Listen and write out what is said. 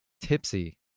tipsy